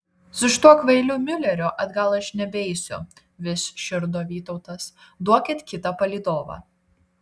su šituo kvailiu miuleriu atgal aš nebeisiu vis širdo vytautas duokit kitą palydovą